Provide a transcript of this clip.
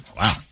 Wow